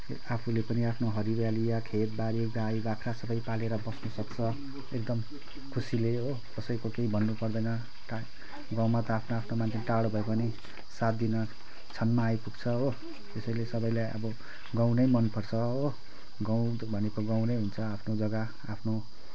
आफूले पनि आफ्नो हरियाली या खेतबारी गाई बाख्रा सबै पालेर बस्नुसक्छ एकदम खुसीले हो कसैको केही भन्नुपर्दैन ट गाउँमा त आफ्नो आफ्नो मान्छे टाढो भए पनि साथ दिन क्षणमा आइपुग्छ हो त्यसैले सबैलाई अब गाउँ नै मनपर्छ हो गाउँ भनेको गाउँ नै हुन्छ आफ्नो जग्गा आफ्नो